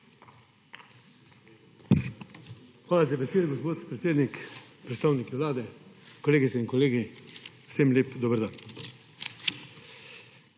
Hvala za besedo, gospod predsednik. Predstavniki Vlade, kolegice in kolegi, vsem lep dober dan!